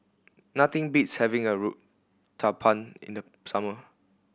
nothing beats having Uthapam in the summer